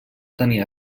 tenia